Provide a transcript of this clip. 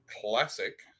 classic